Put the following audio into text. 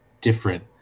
different